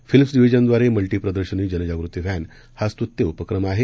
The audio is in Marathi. फिल्म्स डिव्हीजनब्रारे मल्टी प्रदर्शनी जनजागृती व्हॅन हा स्त्यूत उपक्रम आहे